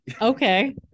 Okay